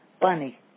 Bunny